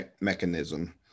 mechanism